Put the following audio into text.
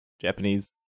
Japanese